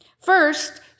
First